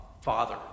Father